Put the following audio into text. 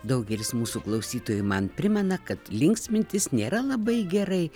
daugelis mūsų klausytojų man primena kad linksmintis nėra labai gerai